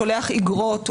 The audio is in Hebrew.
הוא שולח אגרות,